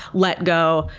let go.